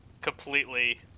completely